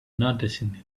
noticing